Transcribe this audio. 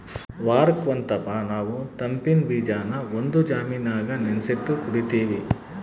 ವಾರುಕ್ ಒಂದಪ್ಪ ನಾವು ತಂಪಿನ್ ಬೀಜಾನ ಒಂದು ಜಾಮಿನಾಗ ನೆನಿಸಿಟ್ಟು ಕುಡೀತೀವಿ